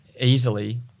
easily